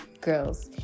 girls